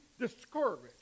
discouraged